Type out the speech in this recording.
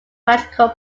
magical